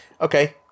okay